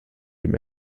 dem